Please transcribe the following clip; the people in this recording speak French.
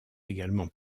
également